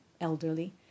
elderly